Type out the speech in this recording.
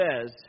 says